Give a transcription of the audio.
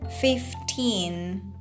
fifteen